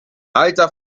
alter